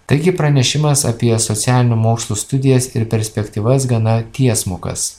taigi pranešimas apie socialinių mokslų studijas ir perspektyvas gana tiesmukas